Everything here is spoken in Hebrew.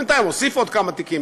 בינתיים הוא הוסיף עוד כמה תפקידים,